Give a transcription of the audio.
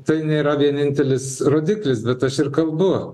tai nėra vienintelis rodiklis bet aš ir kalbu